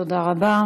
תודה רבה.